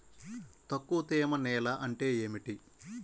తక్కువ తేమ నేల అంటే ఏమిటి?